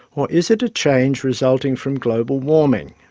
or is it a change resulting from global warming?